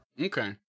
Okay